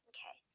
Okay